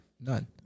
None